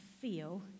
feel